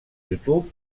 youtube